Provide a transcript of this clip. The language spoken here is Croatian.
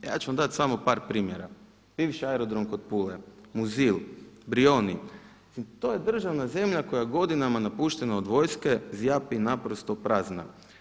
Ja ću vam dati samo par primjera, bivši aerodrom kod Pule, Muzil, Brioni, to je državna zemlja koja je godinama napuštena od vojske, zjapi naprosto prazna.